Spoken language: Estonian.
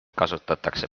kasutatakse